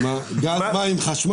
גז, מים, חשמל?